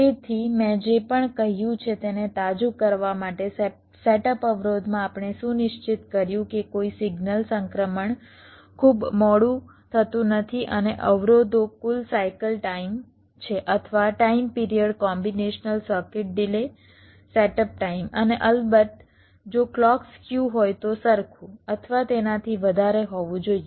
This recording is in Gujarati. તેથી મેં જે પણ કહ્યું છે તેને તાજું કરવા માટે સેટઅપ અવરોધમાં આપણે સુનિશ્ચિત કર્યું કે કોઈ સિગ્નલ સંક્રમણ ખૂબ મોડું થતું નથી અને અવરોધો કુલ સાઇકલ ટાઇમ છે અથવા time period combinational circuit delay setup time અને અલબત્ત જો ક્લૉક સ્ક્યુ હોય તો સરખું અથવા તેનાથી વધારે હોવું જોઇએ